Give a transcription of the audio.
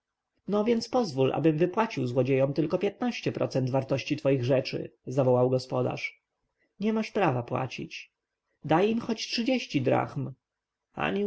no więc pozwól abym wypłacił złodziejom tylko piętnaście procent wartości twoich rzeczy zawołał gospodarz nie masz prawa płacić daj im choć trzydzieści drachm ani